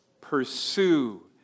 pursue